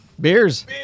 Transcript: Beers